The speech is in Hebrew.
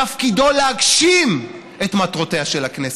תפקידו להגשים את מטרותיה של הכנסת,